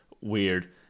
weird